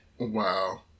Wow